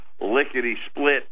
lickety-split